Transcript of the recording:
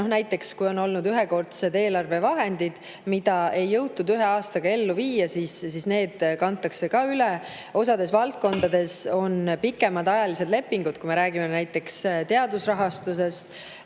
Näiteks kui on olnud ühekordsed eelarvevahendid, mida ei jõutud ühe aastaga [ära kasutada], siis need kantakse üle. Osades valdkondades on pikemaajalised lepingud. Kui me räägime näiteks teadusrahastusest,